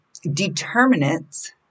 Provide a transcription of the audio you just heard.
determinants